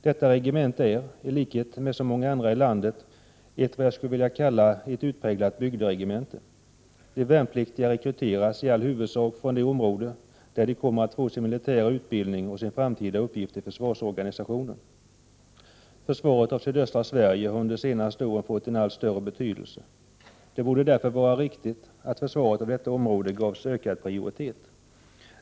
Detta regemente är, i likhet med många andra i landet, vad jag skulle vilja kalla ett utpräglat bygderegemente. De värnpliktiga rekryteras i huvudsak från det område där de kommer att få sin militära utbildning och sin framtida uppgift i försvarsorganisationen. Försvaret av sydöstra Sverige har under de senaste åren fått en allt större betydelse. Det borde därför vara riktigt att ge försvaret av detta område ökad prioritet.